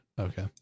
Okay